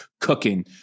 cooking